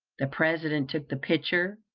the president took the picture,